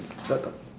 the the